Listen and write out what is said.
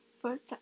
first